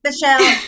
Michelle